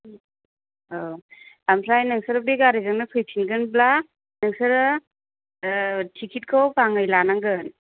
औ ओमफ्राय नोंसोर बे गारिजोंनो फैफिनगोनब्ला नोंसोरो थिखिटखौ गांनै लानांगोन